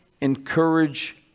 encourage